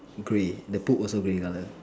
grey the poop also grey colour